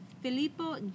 Filippo